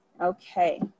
Okay